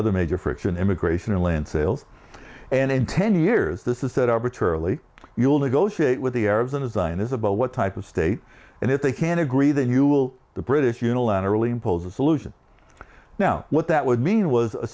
other major friction immigration and land sales and in ten years this is that arbitrarily you'll negotiate with the arabs and assign is about what type of state and if they can agree that you will the british unilaterally impose a solution now what that would mean was a